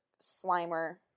Slimer